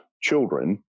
children